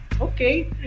Okay